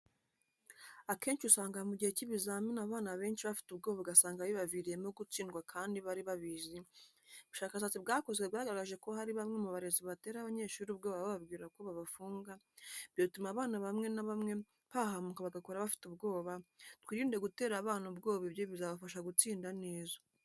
Akenshi usanga mu gihe cy'ibizamini abana benshi bafite ubwoba ugasanga bibaviriyemo gutsindwa kandi bari babizi, ubushakashatsi bwakozwe bwagaragaje ko hari bamwe mu barezi batera abanyeshuri ubwoba bababwira ko babafunga, ibyo bituma abana bamwe na bamwe bahahamuka bagakora bafite ubwoba, twirinde gutera abana ubwoba ibyo bizabafasha gutsinda neza.